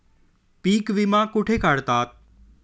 पीक विमा कुठे काढतात?